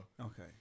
Okay